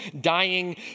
dying